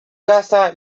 casa